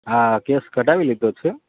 હા કેસ કાઢવી લીધો છે